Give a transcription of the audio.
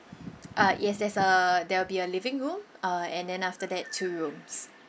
uh yes there's a there will be a living room uh and then after that two rooms